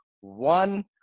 one